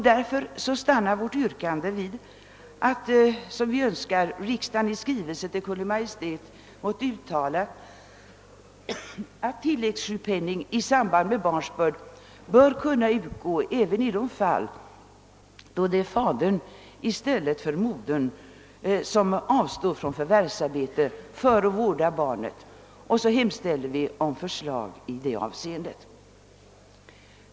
Därför stannar vårt yrkande vid att riksdagen måtte i skrivelse till Kungl. Maj:t uttala, att tilläggssjukpenning i samband med barnsbörd bör kunna utgå även i de fall då fadern i stället för modern avstår från förvärvs: arbete för att vårda barnet, och att riksdagen hemställer om förslag i det avseendet.